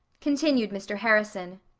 continued mr. harrison.